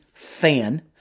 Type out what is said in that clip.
fan